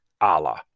Allah